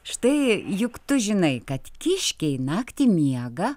štai juk tu žinai kad kiškiai naktį miega